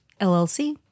LLC